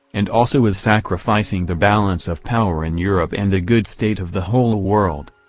and also is sacrificing the balance of power in europe and the good state of the whole world.